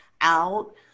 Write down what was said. out